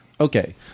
Okay